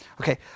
Okay